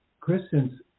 Kristen's